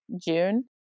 June